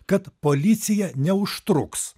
kad policija neužtruks